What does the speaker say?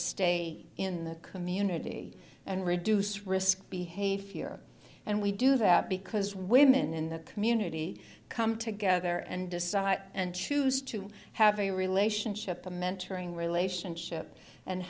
stay in the community and reduce risk behavior and we do that because women in the community come together and decide and choose to have a relationship a mentoring relationship and